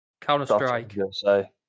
Counter-Strike